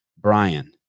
Brian